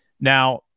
Now